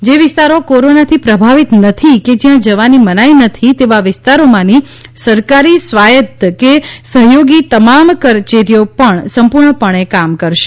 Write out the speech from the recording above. જે વિસ્તારો કોરોનાથી પ્રભાવિત નથી કે જ્યાં જવાની મનાઈ નથી તેવા વિસ્તારોમાંની સરકારી સ્વાયત્ત કે સહ્યોગી તમામ કચરીઓ પણ સંપૂર્ણપણે કામ કરશે